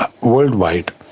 worldwide